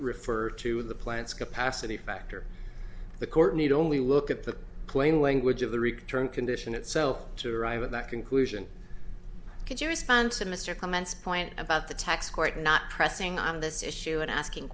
refer to the plant's capacity factor the court need only look at the plain language of the return condition itself to arrive at that conclusion could you respond to mr comments point about the text quite not pressing on this issue and asking